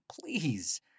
please